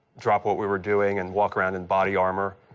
drop what we were doing and walk around in body armor.